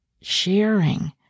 sharing